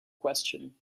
question